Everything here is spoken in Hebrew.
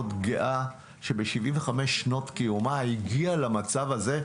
גאה שב-75 שנות קיומה היא הגיע למצב הזה,